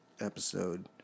episode